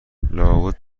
لابد